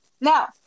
Now